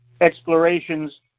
explorations